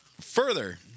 Further